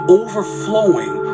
overflowing